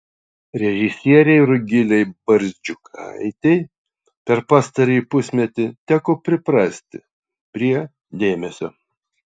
režisierei rugilei barzdžiukaitei per pastarąjį pusmetį teko priprasti prie dėmesio